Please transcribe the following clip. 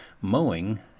mowing